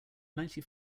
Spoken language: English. ninety